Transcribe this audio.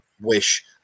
wish